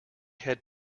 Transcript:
had